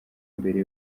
mbere